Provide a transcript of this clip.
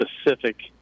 specific